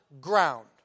ground